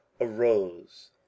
arose